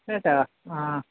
കേട്ടോ